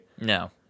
No